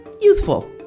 youthful